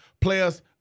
players